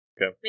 Okay